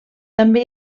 també